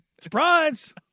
Surprise